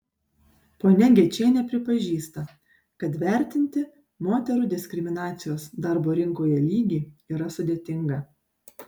ponia gečienė pripažįsta kad vertinti moterų diskriminacijos darbo rinkoje lygį yra sudėtinga